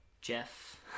Jeff